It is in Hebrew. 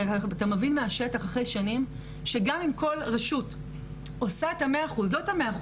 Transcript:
כי אתה מבין מהשטח אחרי שנים שגם אם כל רשות עושה את המאתיים